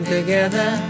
Together